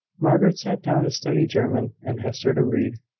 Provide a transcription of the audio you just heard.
margaret sat down to study german, and hester to read.